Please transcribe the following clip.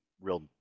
real-